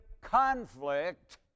conflict